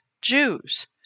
Jews